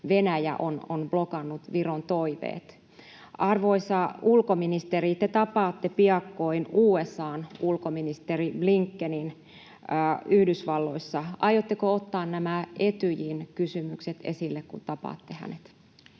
Venäjä on blokannut Viron toiveet. Arvoisa ulkoministeri, te tapaatte piakkoin USA:n ulkoministeri Blinkenin Yhdysvalloissa. Aiotteko ottaa nämä Etyjin kysymykset esille, kun tapaatte hänet?